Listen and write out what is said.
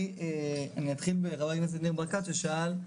אני אתחיל בחבר הכנסת ניר ברקת ששאל,